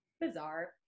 bizarre